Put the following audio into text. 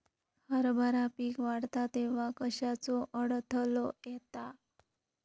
हरभरा पीक वाढता तेव्हा कश्याचो अडथलो येता?